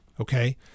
Okay